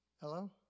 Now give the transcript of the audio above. Hello